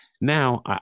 Now